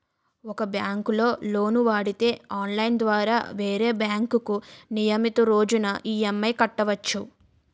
ఒక బ్యాంకులో లోను వాడితే ఆన్లైన్ ద్వారా వేరే బ్యాంకుకు నియమితు రోజున ఈ.ఎం.ఐ కట్టవచ్చు